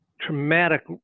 traumatic